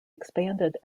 expanded